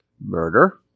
murder